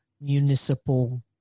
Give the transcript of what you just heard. municipal